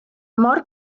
mor